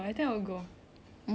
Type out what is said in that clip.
like working as a traveller